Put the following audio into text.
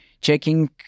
checking